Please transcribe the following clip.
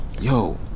Yo